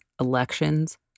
elections